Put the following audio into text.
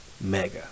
Mega